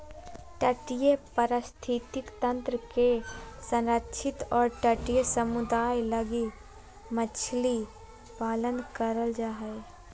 तटीय पारिस्थितिक तंत्र के संरक्षित और तटीय समुदाय लगी मछली पालन करल जा हइ